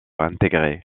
intégré